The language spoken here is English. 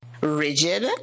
rigid